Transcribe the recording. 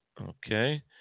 Okay